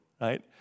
right